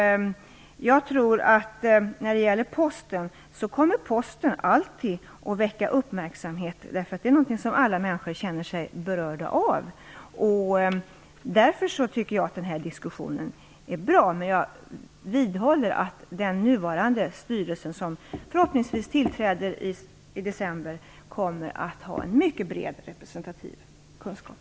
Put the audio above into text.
Jag tror att Posten alltid kommer att väcka uppmärksamhet. Posten är något som alla människor känner sig berörda av. Därför tycker jag att denna diskussion är bra. Men jag vidhåller att den styrelse som förhoppningsvis tillträder i december kommer att ha en mycket bred representativ kunskap.